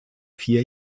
vier